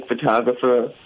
Photographer